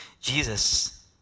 Jesus